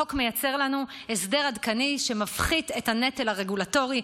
החוק מייצר לנו הסדר עדכני שמפחית את הנטל הרגולטורי,